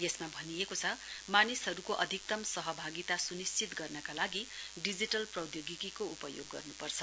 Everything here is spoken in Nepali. यसमा भनिएको छ मानिसहरूको अधिकतम सहभागिता स्निश्चित गर्नका लागि डिजिटल प्रौद्योगिकीको उपयोग गर्नपर्छ